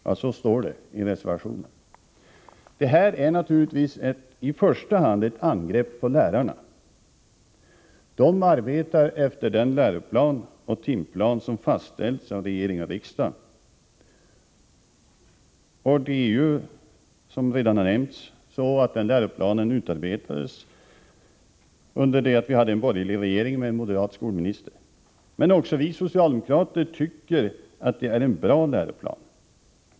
Ja, så står det i reservationen. Detta är naturligtvis i första hand ett angrepp på lärarna. De arbetar efter den läroplan och timplan som har fastställts av regering och riksdag. Som redan har nämnts utarbetades den läroplanen under den tid då vi hade en borgerlig regering med en moderat skolminister. Men också vi socialdemokrater tycker att det är en bra läroplan.